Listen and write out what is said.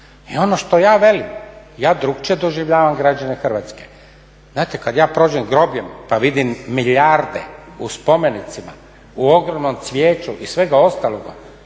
I ono što ja velim, ja drukčije doživljavam građane Hrvatske. Znate kad je prođem grobljem pa vidim milijarde u spomenicima, u ogromnom cvijeću i svega ostaloga